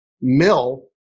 mill